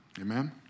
Amen